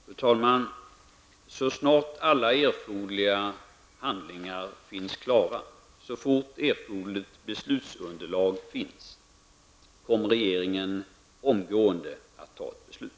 Fru talman! Så snart alla erforderliga handlingar är klara och så fort erforderligt beslutsunderlag finns tillgängligt kommer regeringen omgående att fatta ett beslut.